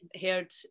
heard